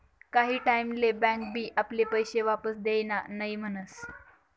काही टाईम ले बँक बी आपले पैशे वापस देवान नई म्हनस